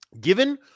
Given